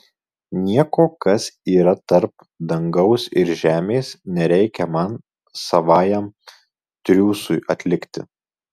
nieko kas yra tarp dangaus ir žemės nereikia man savajam triūsui atlikti